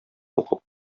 укып